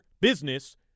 business